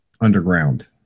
underground